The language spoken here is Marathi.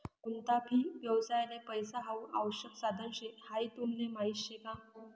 कोणता भी व्यवसायले पैसा हाऊ आवश्यक साधन शे हाई तुमले माहीत शे का?